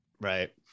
Right